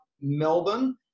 Melbourne